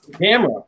Camera